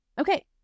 Okay